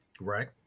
Right